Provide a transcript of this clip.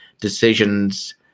decisions